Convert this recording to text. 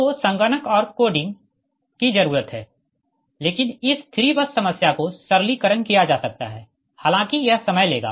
तो संगणक और कोडिंग की जरुरत है लेकिन इस 3 बस समस्या को सरलीकरण किया जा सकता है हालाँकि यह समय लेगा